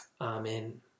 Amen